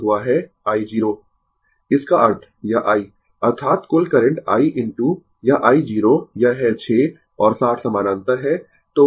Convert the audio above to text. Refer Slide Time 1812 इसका अर्थ यह i अर्थात कुल करंट i इनटू यह i 0 यह है 6 और 60 समानांतर है